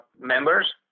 members